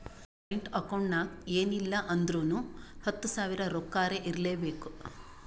current account ನಾಗ್ ಎನ್ ಇಲ್ಲ ಅಂದುರ್ನು ಹತ್ತು ಸಾವಿರ ರೊಕ್ಕಾರೆ ಇರ್ಲೆಬೇಕು